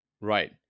Right